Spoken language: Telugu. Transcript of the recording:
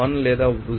001 లేదా 0